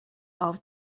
ought